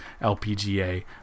LPGA